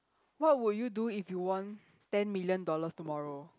what would you do if you won ten million dollars tomorrow